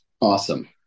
Awesome